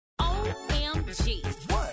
OMG